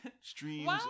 streams